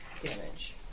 damage